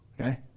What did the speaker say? Okay